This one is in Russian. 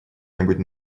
нибудь